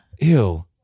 Ew